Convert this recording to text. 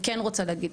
אני כן רוצה להגיד.